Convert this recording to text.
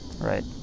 right